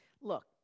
Look